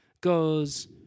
goes